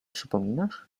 przypominasz